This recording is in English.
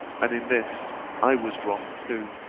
and in this i was wrong too,